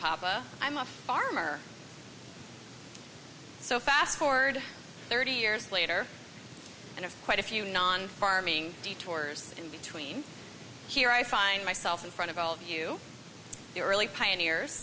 papa i'm a farmer so fast forward thirty years later and of quite a few non farming detours in between here i find myself in front of all of you the early pioneers